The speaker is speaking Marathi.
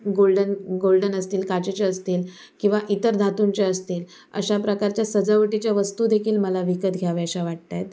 गोल्डन गोल्डन असतील काचेचे असतील किंवा इतर धातूंचे असतील अशा प्रकारच्या सजावटीच्या वस्तू देखील मला विकत घ्याव्याशा वाटत आहेत